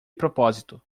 propósito